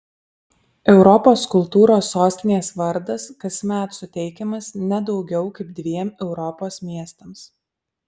europos kultūros sostinės vardas kasmet suteikiamas ne daugiau kaip dviem europos miestams